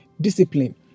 discipline